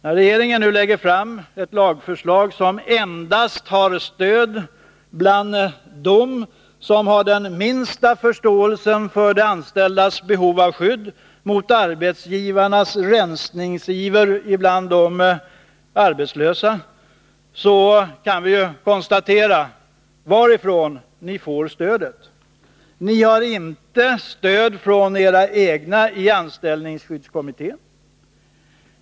I När regeringen nu lägger fram ett lagförslag som endast har stöd bland dem | som har den minsta förståelsen för de anställdas behov av skydd mot | arbetsgivarnas rensningsiver bland de arbetslösa, kan vi konstatera varifrån ni får stödet. Ni har inte stöd från era egna i anställningsskyddskommittén.